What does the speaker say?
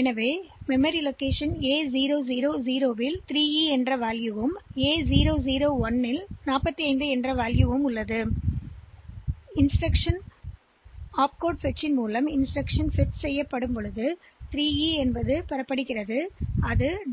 எனவே மெமரித்தில் A 0 0 0 இடம் 3E மதிப்பைக் கொண்டிருக்கும் மற்றும் இருப்பிடம் A 0 0 1 மதிப்பு 45 ஆகும் எனவே முதல் சைக்கிள்யின் போது இன்ஸ்டிரக்ஷன் 3E மதிப்பைப் பெறுவோம்